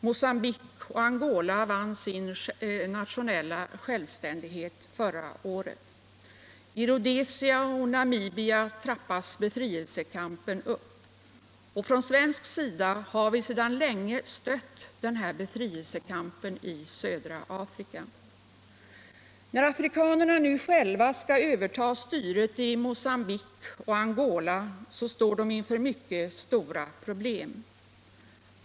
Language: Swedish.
Mogambique och Angola vann sin nationella självständighet förra året. I Rhodesia och Namibia trappas befrielsekampen upp. Från svensk sida har vi sedan länge stött denna befrielsekamp i södra Afrika. När afrikanerna nu själva skall överta styret i Mocambique och Angola står de inför mycket stora problem.